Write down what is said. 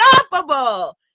unstoppable